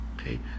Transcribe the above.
Okay